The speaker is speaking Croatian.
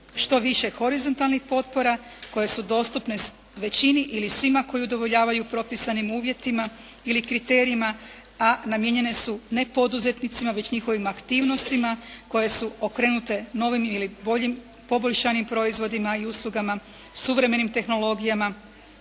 što više horizontalnih potpora koje su dostupne većini ili svima koji udovoljavaju propisanim uvjetima ili kriterijima a namijenjene su ne poduzetnicima već njihovim aktivnostima koje su okrenute novim ili boljim poboljšanim proizvodima i uslugama, suvremenim tehnologijama,